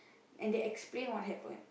and they explain what happen